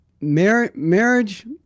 marriage